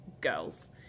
girls